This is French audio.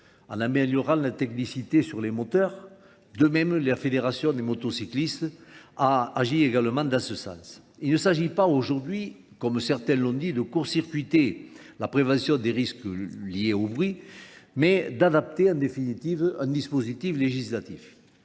en améliorant la technicité sur les moteurs. De même, les fédérations des motocyclistes a agi également dans ce sens. Il ne s'agit pas aujourd'hui, comme certains l'ont dit, de court-circuiter la prévention des risques liés au bruit, mais d'adapter en définitive un dispositif législatif.